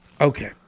Okay